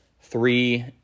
three